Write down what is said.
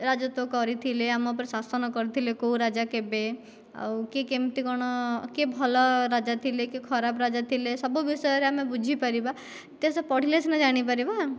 ରାଜତ୍ୱ କରିଥିଲେ ଆମ ଉପରେ ଶାସନ କରିଥିଲେ କେଉଁ ରାଜା କେବେ ଆଉ କିଏ କେମିତି କ'ଣ କିଏ ଭଲ ରାଜା ଥିଲେ କି ଖରାପ ରାଜା ଥିଲେ ସବୁ ବିଷୟରେ ଆମେ ବୁଝିପାରିବା ଇତିହାସ ପଢ଼ିଲେ ସିନା ଜାଣି ପାରିବା